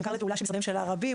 הם כר לפעולה של משרדי ממשלה רבים.